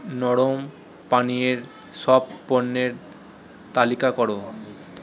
নরম পানীয়ের সব পণ্যের তালিকা করো